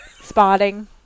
spotting